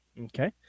okay